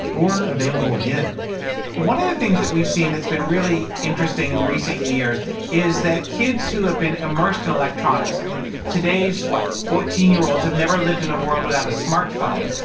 or available again one of the things that we've seen that's been really interesting in recent years is that kids who have been immersed in electronics, i mean today's, what, fourteen year olds have never lived in a world without a smartphone.